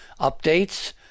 updates